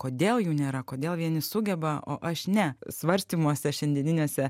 kodėl jų nėra kodėl vieni sugeba o aš ne svarstymuose šiandieniniuose